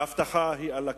וההבטחה היא על הקרח.